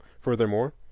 Furthermore